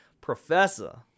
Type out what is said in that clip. Professor